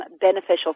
beneficial